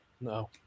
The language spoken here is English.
No